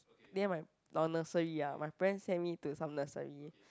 then my when I was nursery ah my parents send me to some nursery